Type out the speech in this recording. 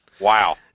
Wow